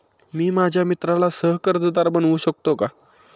मी माझ्या मित्राला सह कर्जदार बनवू शकतो का?